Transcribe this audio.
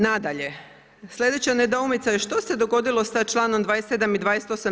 Nadalje, sledeća nedoumica je što se dogodilo sa članom 27. i 28.